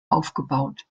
aufgebaut